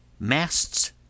Masts